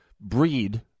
breed